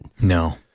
No